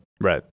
Right